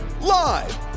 Live